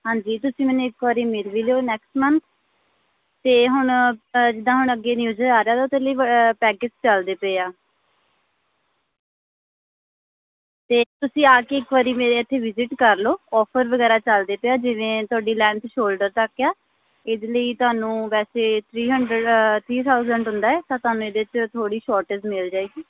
ਹਾਂਜੀ ਤੁਸੀਂ ਮੈਨੂੰ ਇੱਕ ਵਾਰੀ ਮਿਲ ਵੀ ਲਿਓ ਨੈਕਸਟ ਮੰਥ ਅਤੇ ਹੁਣ ਜਿਦਾਂ ਹੁਣ ਅੱਗੇ ਨਿਊ ਯਿਅਰ ਆ ਰਿਹਾ ਉਹਦੇ ਲਈ ਪੈਕਜ ਚਲਦੇ ਪਏ ਆ ਅਤੇ ਤੁਸੀਂ ਆ ਕੇ ਇੱਕ ਵਾਰੀ ਮੇਰੇ ਇੱਥੇ ਵਿਜਿਟ ਕਰ ਲਓ ਔਫਰ ਵਗੈਰਾ ਚੱਲਦੇ ਪਏ ਆ ਜਿਵੇਂ ਤੁਹਾਡੀ ਲੈਂਥ ਸ਼ੋਲਡਰ ਤੱਕ ਏ ਆ ਇਹਦੇ ਲਈ ਤੁਹਾਨੂੰ ਵੈਸੇ ਥਰੀ ਹੰਡਡ ਥਰੀ ਥਾਊਜ਼ੈਂਡ ਹੁੰਦਾ ਹੈ ਤੁਹਾਨੂੰ ਇਹਦੇ 'ਚ ਥੋੜ੍ਹੀ ਸ਼ੋਰਟੇਜ ਮਿਲਜੇਗੀ